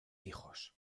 hijos